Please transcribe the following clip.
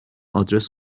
آدرس